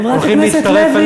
חברת הכנסת לוי,